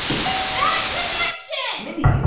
connection mindy,